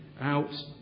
out